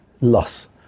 loss